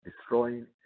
destroying